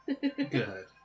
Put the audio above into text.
Good